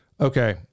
Okay